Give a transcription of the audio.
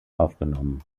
aufgenommen